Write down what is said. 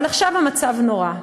אבל עכשיו המצב נורא,